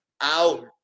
Out